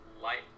light